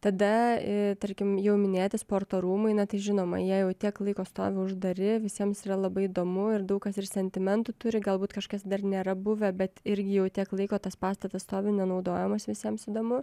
tada tarkim jau minėti sporto rūmai na tai žinoma jie jau tiek laiko stovi uždari visiems yra labai įdomu ir daug kas ir sentimentų turi galbūt kažkas dar nėra buvę bet irgi jau tiek laiko tas pastatas stovi nenaudojamas visiems įdomu